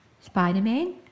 Spider-Man